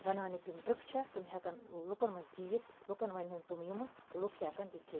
بَناونٕکۍ یِم ٹٕرٛک چھےٚ تِم ہٮ۪کَن لُکَن مَنٛز دی یہِ لُکَن وَنہِ ہٲن تِم یِمہٕ تہٕ لُکھ تہِ ہٮ۪کَن تِتہِ کٔرِتھ